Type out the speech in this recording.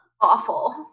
awful